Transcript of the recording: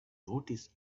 noticed